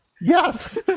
Yes